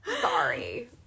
Sorry